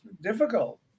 difficult